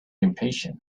impatient